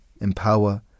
empower